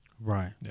Right